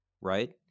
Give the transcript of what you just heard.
right